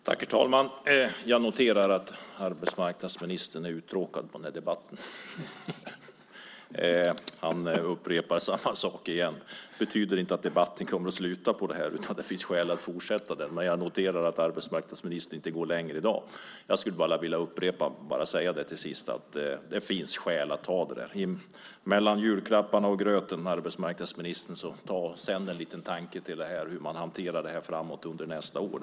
Herr talman! Jag noterar att arbetsmarknadsministern är uttråkad på den här debatten. Han upprepar samma sak igen. Det betyder inte att debatten kommer att sluta. Det finns skäl att fortsätta den. Jag noterar att arbetsmarknadsministern inte går längre i dag. Jag vill bara upprepa att det finns skäl att ta det här. Mellan julklapparna och gröten, arbetsmarknadsministern, sänd en liten tanke till hur man hanterar det här nästa år.